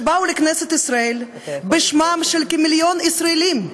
שבאו לכנסת ישראל בשמם של כמיליון ישראלים,